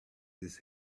his